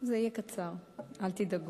זה יהיה קצר, אל תדאגו.